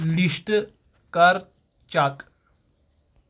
list کَر check